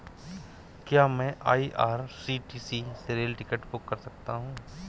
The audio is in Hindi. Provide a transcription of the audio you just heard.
क्या मैं आई.आर.सी.टी.सी से रेल टिकट बुक कर सकता हूँ?